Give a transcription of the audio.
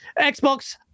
Xbox